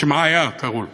שמעיה קראו לו,